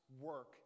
work